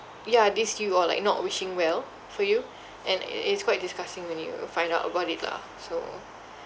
ya diss you or like not wishing well for you and i~ it's quite disgusting when you find out about it lah so